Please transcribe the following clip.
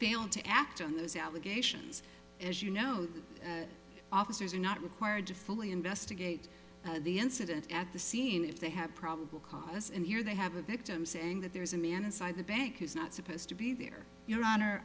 failed to act on those allegations as you note officers are not required to fully investigate the incident at the scene if they have probable cause and here they have a victim saying that there's a man inside the bank who's not supposed to be there your